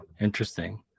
Interesting